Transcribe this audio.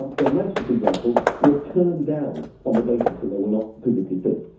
um from manchester for example were turned down on the basis that they were not physically fit.